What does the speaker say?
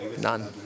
None